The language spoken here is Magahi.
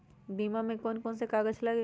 बीमा में कौन कौन से कागज लगी?